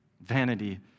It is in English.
Vanity